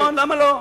נכון, למה לא?